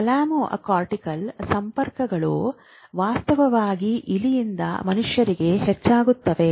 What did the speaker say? thalamocortical ಸಂಪರ್ಕಗಳು ವಾಸ್ತವವಾಗಿ ಇಲಿಯಿಂದ ಮನುಷ್ಯರಿಗೆ ಹೆಚ್ಚಾಗುತ್ತದೆ